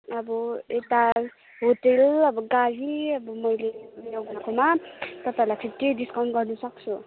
अब यता होटेल अब गाडी अब मैले तपाईँलाई फिप्टी डिस्काउन्ट गर्नु सक्छु